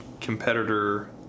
competitor